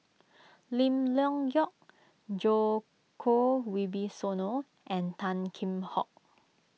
Lim Leong Geok Djoko Wibisono and Tan Kheam Hock